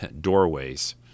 Doorways